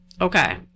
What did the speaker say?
Okay